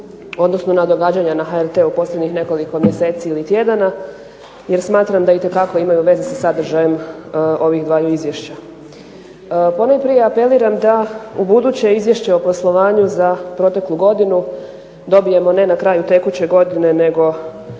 odnosno na događanja na HRT-u posljednjih nekoliko mjeseci ili tjedana, jer smatram da itekako imaju veze sa sadržajem ovih dvaju izvješća. Ponajprije apeliram da ubuduće izvješće o poslovanju za proteklu godinu dobijemo ne na kraju tekuće godine nego